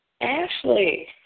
Ashley